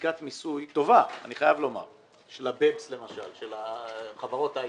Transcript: חקיקת מיסוי טובה של חברות ההיי-טק,